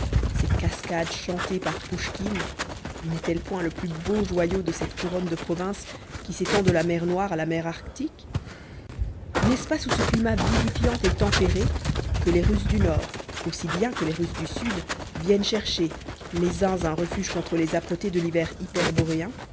ses cascades chantées par pouschkine n'est-elle point le plus beau joyau de cette couronne de provinces qui s'étendent de la mer noire à la mer arctique n'est-ce pas sous ce climat vivifiant et tempéré que les russes du nord aussi bien que les russes du sud viennent chercher les uns un refuge contre les âpretés de l'hiver